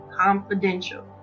confidential